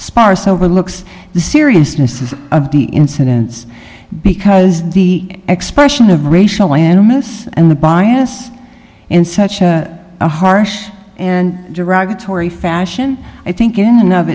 sparse overlooks the seriousness is of the incidence because the expression of racial animus and the bias in such a harsh and derogatory fashion i think in